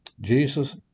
Jesus